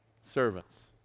servants